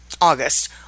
August